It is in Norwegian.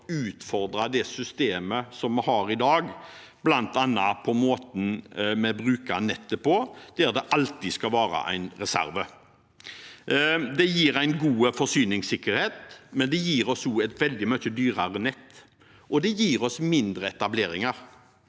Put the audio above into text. utfordre det systemet vi har i dag, bl.a. måten vi bruker nettet på, der det alltid skal være en reserve. Det gir god forsyningssikkerhet, men det gir oss også et veldig mye dyrere nett, og det gir oss færre etableringer.